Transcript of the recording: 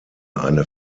eine